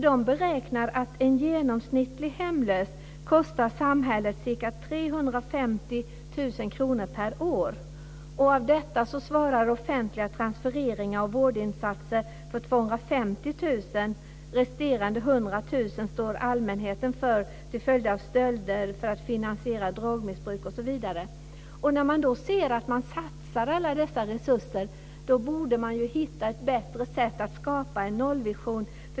De beräknar att en genomsnittlig hemlös kostar samhället ca 350 000 kr per år. Av detta svarar offentliga transfereringar och vårdinsatser för 250 000 kr, och resterande 100 000 kr står allmänheten för, till följd av stölder för att finansiera drogmissbruk osv. När man då ser att alla dessa resurser satsas borde man försöka hitta ett bättre sätt att skapa en nollvision.